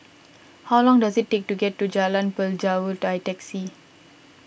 how long does it take to get to Jalan Pelajau by taxi